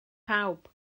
pawb